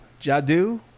Jadu